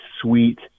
sweet